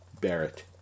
Barrett